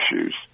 issues